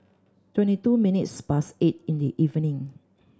twenty two minutes past eight in the evening